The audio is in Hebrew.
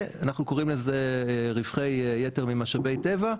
אנחנו קוראים לזה רווחי יתר ממשאבי טבע,